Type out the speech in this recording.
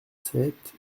sept